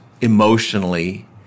emotionally